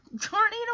tornado